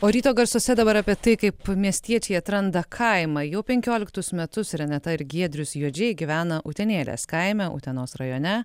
o ryto garsuose dabar apie tai kaip miestiečiai atranda kaimą jau penkioliktus metus renata ir giedrius juodžiai gyvena utenėlės kaime utenos rajone